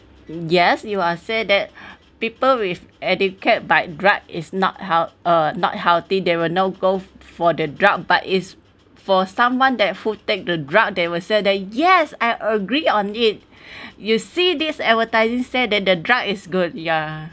yes you are said that people with educate but drug is not health uh not healthy they will not go for the drug but is for someone that fateful take the drug they will say that you yes I agree on it you see this advertising said that the drug is good yeah